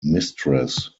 mistress